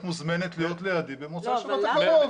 את מוזמנת להיות לידי במוצאי שבת הקרוב.